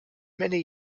many